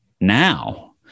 now